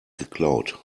geklaut